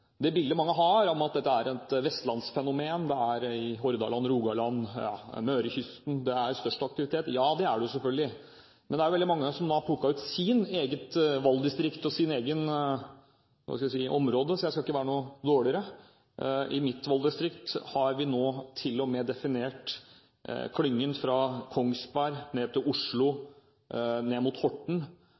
dette er et vestlandsfenomen – at det er i Hordaland, i Rogaland og på Mørekysten det er størst aktivitet. Ja, det er det selvfølgelig. Men det er veldig mange som har plukket ut sitt eget valgdistrikt og sitt eget område, så jeg skal ikke være noe dårligere. I mitt valgdistrikt har vi nå til og med definert klyngen fra Kongsberg til Oslo og ned mot Horten